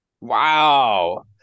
Wow